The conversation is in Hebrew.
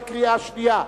עברה בקריאה שנייה.